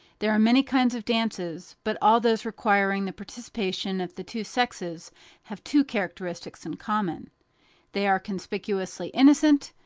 there are many kinds of dances, but all those requiring the participation of the two sexes have two characteristics in common they are conspicuously innocent,